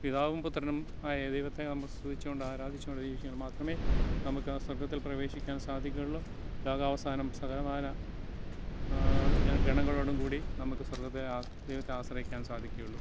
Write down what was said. പിതാവും പുത്രനും ആയ ദൈവത്തെ നമ്മൾ സ്തുതിച്ചുകൊണ്ട് ആരാധിച്ചുകൊണ്ട് ജീവിച്ചാൽ മാത്രമേ നമുക്ക് ആ സ്വർഗ്ഗത്തിൽ പ്രവേശിക്കാൻ സാധിക്കുകയുള്ളൂ ലോകാവസാനം സകലമാന ഗണങ്ങളോടും കൂടി നമുക്ക് സ്വർഗ്ഗത്തെ ആ ദൈവത്തെ ആശ്രയിക്കാൻ സാധിക്കയുള്ളു